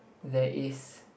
there is